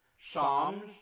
Psalms